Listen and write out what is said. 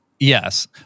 Yes